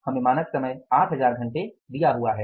हमें मानक समय 8000 घंटे दिया हुआ है